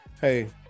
hey